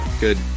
good